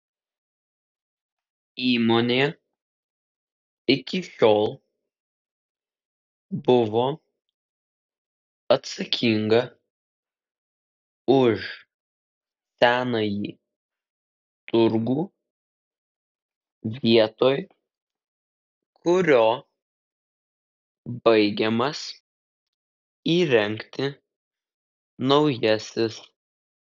įmonė iki šiol buvo atsakinga už senąjį turgų vietoj kurio baigiamas įrengti naujasis